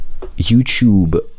YouTube